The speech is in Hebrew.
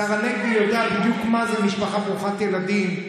השר הנגבי יודע בדיוק מה זה משפחה ברוכת ילדים.